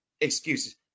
excuses